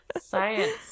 science